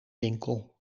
winkel